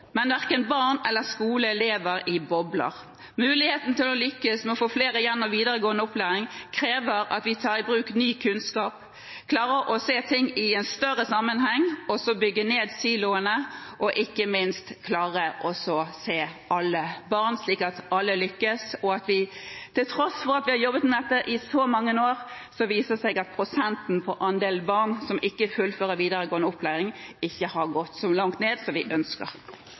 men verken barn eller skoler lever i bobler. Muligheten for å lykkes med å få flere gjennom videregående opplæring krever at vi tar i bruk ny kunnskap, klarer å se ting i en større sammenheng og bygger ned siloene, og ikke minst at vi klarer å se alle barn, slik at alle lykkes. Til tross for at vi har jobbet med dette i så mange år, viser det seg at prosentandelen barn som ikke fullfører videregående opplæring, ikke har gått så langt ned som vi ønsker.